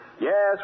Yes